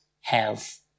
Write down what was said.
health